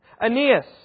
Aeneas